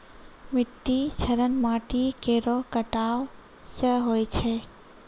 मिट्टी क्षरण माटी केरो कटाव सें होय छै